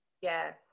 Yes